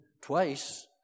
twice